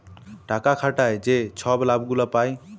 টাকা খাটায় যে ছব লাভ গুলা পায়